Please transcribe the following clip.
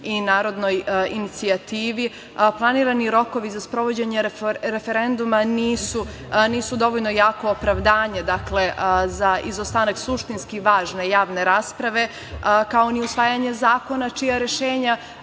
i narodnoj inicijativi, planirani rokovi za sprovođenje referenduma nisu dovoljno jako opravdanje za izostanak suštinski važne javne rasprave, kao ni usvajanje zakona čija rešenja